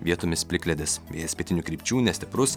vietomis plikledis vėjas pietinių krypčių nestiprus